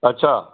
अच्छा